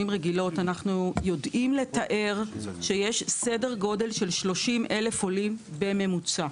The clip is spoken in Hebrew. אנחנו יודעים לתאר שיש סדר גודל של 30,000 עולים בממוצע.